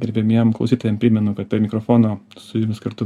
gerbiamiem klausytojam primenu kad prie mikrofono su jumis kartu